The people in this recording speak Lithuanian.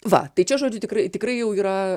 va tai čia žodžiu tikrai tikrai jau yra